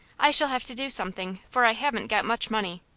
i shall have to do something, for i haven't got much money.